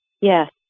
Yes